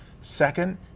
Second